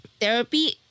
Therapy